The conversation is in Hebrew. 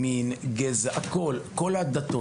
גזע ומין וזה נוגע לתלמידים מכל הדתות.